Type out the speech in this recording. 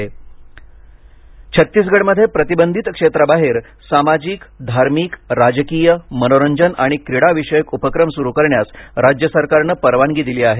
Chhattisgarh corona छत्तीसगडमध्ये प्रतिबंधित क्षेत्राबाहेर सामाजिक धार्मिक राजकीय मनोरंजन आणि क्रीडाविषयक उपक्रम सुरू करण्यास राज्य सरकारनं परवानगी दिली आहे